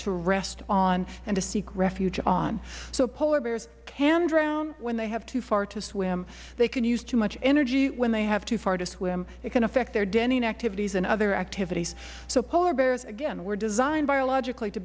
to rest on and to seek refuge on so polar bears can drown when they have too far to swim they can use too much energy when they have too far to swim it can affect their denning activities and other activities so polar bears again were designed